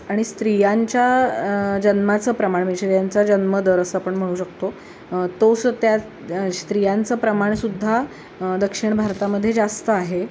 आणि स्त्रियांच्या जन्माचं प्रमाण म्हणजे स्त्रियांचा जन्मदर असं आपण म्हणू शकतो तो स त्या स्त्रियांचं प्रमाणसुद्धा दक्षिण भारतामध्ये जास्त आहे